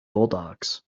bulldogs